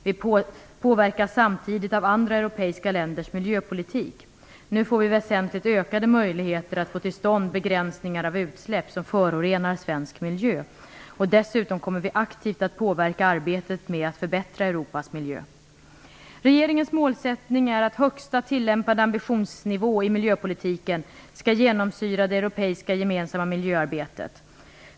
Vi påverkas samtidigt av andra europeiska länders miljöpolitik. Nu får vi väsentligt ökade möjligheter att få till stånd begränsningar av utsläpp som förorenar svensk miljö. Dessutom kommer vi aktivt att påverka arbetet med att förbättra Europas miljö. Regeringens målsättning är att högsta tillämpade ambitionsnivå i miljöpolitiken skall genomsyra det europeiska gemensamma miljöarbetet.